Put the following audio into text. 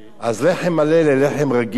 לחם מלא ולחם רגיל,